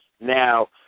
Now